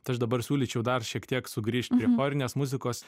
tai aš dabar siūlyčiau dar šiek tiek sugrįžt prie chorinės muzikos